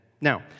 Now